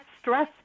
stress